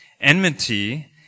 Enmity